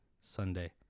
sunday